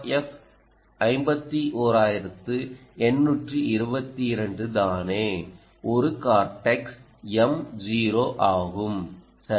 F 51822 தானே ஒரு Cortex M 0 ஆகும் சரி